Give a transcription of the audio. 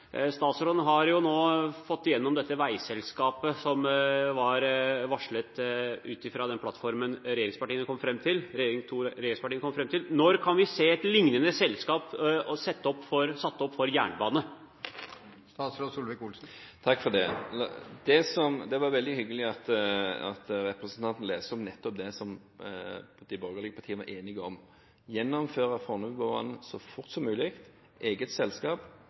Statsråden har jo nå fått igjennom dette veiselskapet som var varslet i den plattformen som regjeringspartiene kom fram til. Når kan vi se et lignende selskap satt opp for jernbane? Det var veldig hyggelig at representanten leste om nettopp det som de borgerlige var enige om: gjennomføre Fornebubanen så fort som mulig, eget selskap